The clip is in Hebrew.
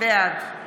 בעד